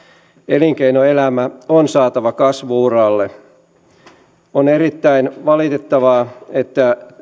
elinkeinoelämä on saatava kasvu uralle on erittäin valitettavaa että